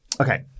Okay